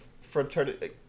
fraternity